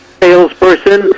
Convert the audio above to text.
salesperson